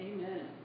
Amen